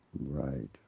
Right